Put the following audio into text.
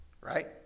right